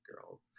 girls